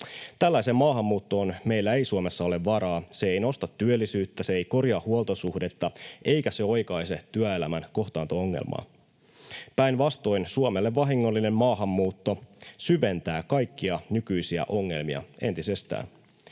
Tällaiseen maahanmuuttoon meillä ei Suomessa ole varaa. Se ei nosta työllisyyttä, se ei korjaa huoltosuhdetta, eikä se oikaise työelämän kohtaanto-ongelmaa. Päinvastoin, Suomelle vahingollinen maahanmuutto syventää kaikkia nykyisiä ongelmia entisestään.